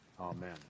Amen